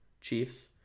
Chiefs